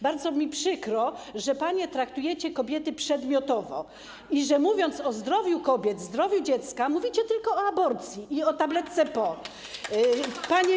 Bardzo mi przykro, że panie traktujecie kobiety przedmiotowo i że mówiąc o zdrowiu kobiet, zdrowiu dziecka, mówicie tylko o aborcji i o tabletce ˝dzień po˝